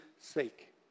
sake